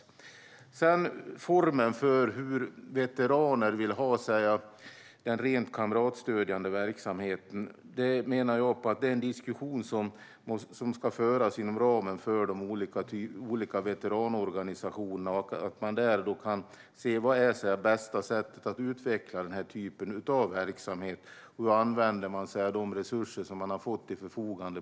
När det gäller formen för hur veteraner vill ha den rent kamratstödjande verksamheten ska den diskussionen föras inom ramen för de olika veteranorganisationerna. Där kan man se hur man bäst utvecklar denna verksamhet och hur man på bästa sätt använder sig av de resurser man har fått till sitt förfogande.